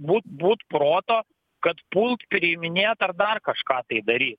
būt būt proto kad pult priiminėt ar dar kažką tai dary